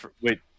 wait